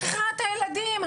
שכיחת הילדים,